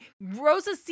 Rosa